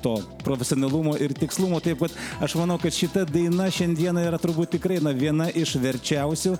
to profesionalumo ir tikslumo taip pat aš manau kad šita daina šiandieną yra turbūt tikrai viena iš verčiausių